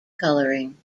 coloring